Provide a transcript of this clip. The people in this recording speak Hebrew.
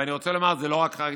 אני רוצה לומר, זה לא רק חרדים.